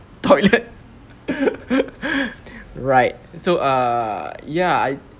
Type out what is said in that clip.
toilet right so err ya I